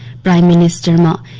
prime minister and